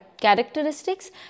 characteristics